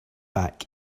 back